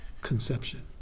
Conception